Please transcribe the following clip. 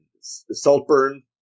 Saltburn